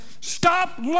stop